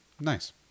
Nice